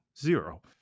zero